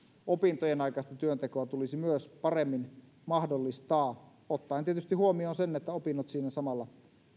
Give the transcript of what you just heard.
aikaista työntekoa tulisi myös paremmin mahdollistaa ottaen tietysti huomioon sen että opinnot siinä samalla